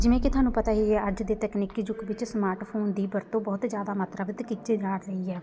ਜਿਵੇਂ ਕਿ ਤੁਹਾਨੂੰ ਪਤਾ ਹੀ ਹੈ ਅੱਜ ਦੇ ਤਕਨੀਕੀ ਯੁੱਗ ਵਿੱਚ ਸਮਾਰਟ ਫੋਨ ਦੀ ਵਰਤੋਂ ਬਹੁਤ ਜ਼ਿਆਦਾ ਮਾਤਰਾ ਵੱਧ ਕੀਚੇ ਜਾ ਰਹੀ ਹੈ